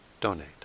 donate